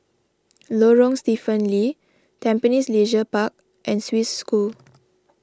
Lorong Stephen Lee Tampines Leisure Park and Swiss School